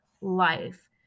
life